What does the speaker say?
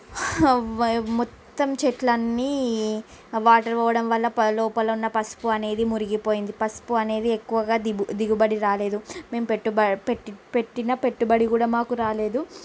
హ అవ్వ మొత్తం చెట్లు అన్నీ ఆ వాటర్ పోవడం వల్ల లోపల ఉన్న పసుపు అనేది మురిగిపోయింది పసుపు అనేది ఎక్కువగా ది దిగుబడి రాలేదు మేము పెట్టుబడి పెట్ పెట్టిన పెట్టుబడి కూడా మాకు రాలేదు